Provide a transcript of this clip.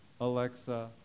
Alexa